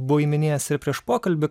buvai minėjęs ir prieš pokalbį